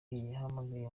yahamagaye